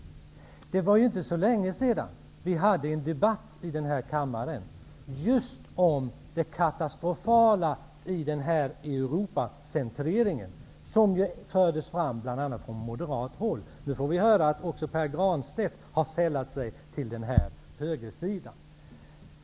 Det var inte så länge sedan vi hade en debatt i kammaren just om det katastrofala i Europacentreringen, som fördes fram bl.a. från moderat håll. Nu får vi höra att också Pär Granstedt har sällat sig till högersidan.